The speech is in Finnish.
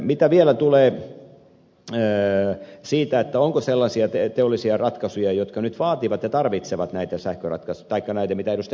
mitä vielä tulee siihen onko sellaisia teollisia ratkaisuja jotka nyt vaativat ja tarvitsevat näitä ratkaisuja joita ed